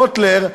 קוטלר,